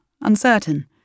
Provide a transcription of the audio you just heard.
uncertain